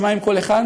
ומה עם כל אחד,